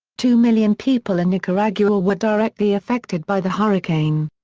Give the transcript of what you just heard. two million people in nicaragua were directly affected by the hurricane.